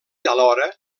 alhora